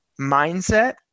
mindset